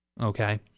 Okay